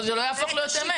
זה לא יהפוך להיות אמת.